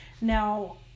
Now